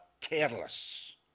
careless